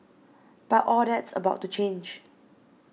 but all that's about to change